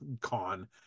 con